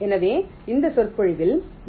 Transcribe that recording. எனவே இந்த சொற்பொழிவில் வி